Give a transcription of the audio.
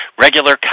regular